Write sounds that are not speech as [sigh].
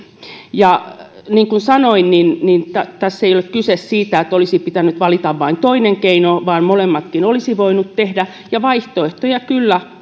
ja niin kuin sanoin niin niin tässä ei ole kyse siitä että olisi pitänyt valita vain toinen keino vaan molemmatkin olisi voinut valita ja vaihtoehtoja kyllä [unintelligible]